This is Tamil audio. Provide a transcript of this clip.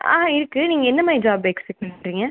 ஆ இருக்குது நீங்கள் எந்த மாதிரி ஜாப் எக்ஸ்பெக்ட் பண்ணுறீங்க